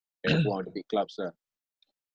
to go on big clubs ah